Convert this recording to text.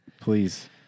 Please